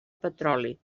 petroli